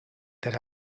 that